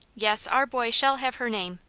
yes, our boy shall have her name,